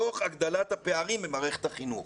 תוך הגדלת הפערים במערבת החינוך.